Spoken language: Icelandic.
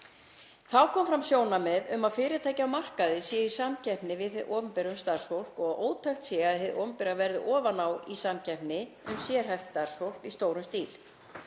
Þá komu fram sjónarmið um að fyrirtæki á markaði séu í samkeppni við hið opinbera um starfsfólk og að ótækt sé að hið opinbera verði ofan á í samkeppni um sérhæft starfsfólk í stórum stíl.